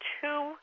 two